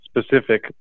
specific